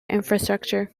infrastructure